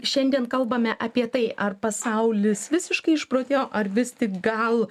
šiandien kalbame apie tai ar pasaulis visiškai išprotėjo ar vis tik gal